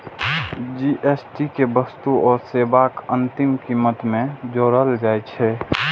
GST कें वस्तु आ सेवाक अंतिम कीमत मे जोड़ल जाइ छै